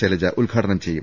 ശൈലജ ഉദ്ഘാടനം ചെയ്യും